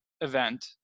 event